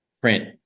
print